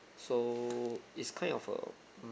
so it's kind of um